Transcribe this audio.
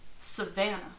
savannah